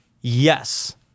Yes